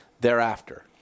thereafter